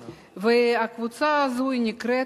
שנקראת: